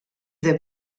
des